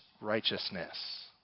righteousness